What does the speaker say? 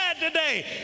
today